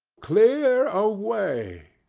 clear away!